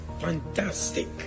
fantastic